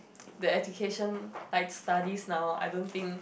the education like studies now I don't think